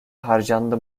harcandı